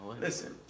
Listen